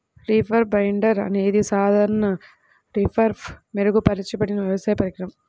reaper binder అనేది సాధారణ రీపర్పై మెరుగుపరచబడిన వ్యవసాయ పరికరం